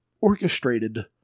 orchestrated